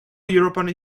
european